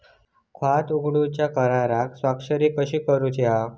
खाता उघडूच्या करारावर स्वाक्षरी कशी करूची हा?